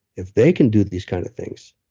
if they can do these kinds of things,